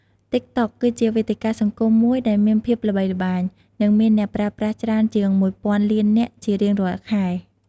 តិកតុក គឺជាវេទិកាសង្គមមួយដែលមានភាពល្បីល្បាញ និងមានអ្នកប្រើប្រាស់ច្រើនជាងមួយពាន់លាននាក់ជារៀងរាល់ខែ។